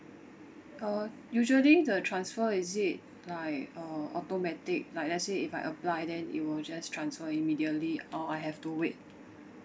uh usually the transfer is it like uh automatic like let's say if I apply then it will just transfer immediately or I have to wait